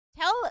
Tell